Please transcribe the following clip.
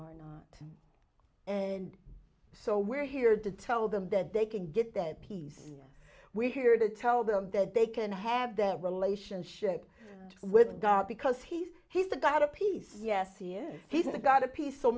are not and so we're here to tell them that they can get that peace we're here to tell them that they can have that relationship with god because he's he's the dad of peace yes he is he's a god of peace